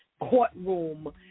courtroom